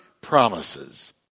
promises